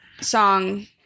song